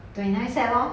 twenty nine sep lor